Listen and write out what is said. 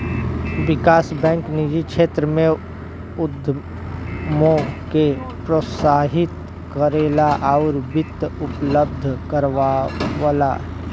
विकास bank निजी क्षेत्र में उद्यमों के प्रोत्साहित करला आउर वित्त उपलब्ध करावला